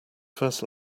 first